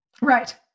Right